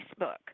Facebook